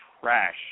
trash